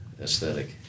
aesthetic